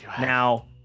Now